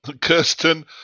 Kirsten